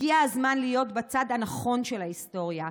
הגיע הזמן להיות בצד הנכון של ההיסטוריה.